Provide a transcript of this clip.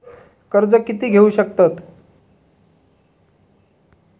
कर्ज कीती घेऊ शकतत?